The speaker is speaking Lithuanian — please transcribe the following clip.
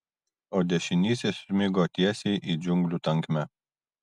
o dešinysis smigo tiesiai į džiunglių tankmę